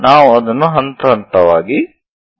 ನಾವು ಅದನ್ನು ಹಂತ ಹಂತವಾಗಿ ನೋಡುತ್ತೇವೆ